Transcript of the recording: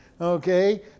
okay